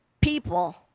people